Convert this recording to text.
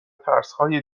ترسهای